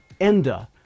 ENDA